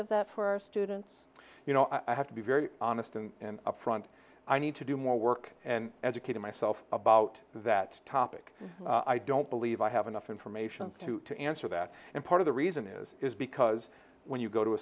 of that for students you know i have to be very honest and upfront i need to do more work and educating myself about that topic i don't believe i have enough information to to answer that and part of the reason is because when you go to a